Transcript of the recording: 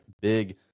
Big